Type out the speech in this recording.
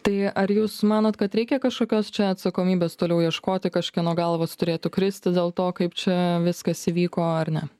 tai ar jūs manot kad reikia kažkokios čia atsakomybės toliau ieškoti kažkieno galvos turėtų kristi dėl to kaip čia viskas įvyko ar ne